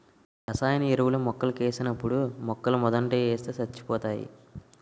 రసాయన ఎరువులు మొక్కలకేసినప్పుడు మొక్కలమోదంట ఏస్తే సచ్చిపోతాయి